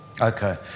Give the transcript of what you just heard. Okay